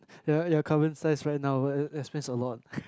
ya ya common sense right now but that explains a lot